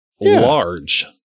large